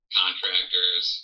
contractors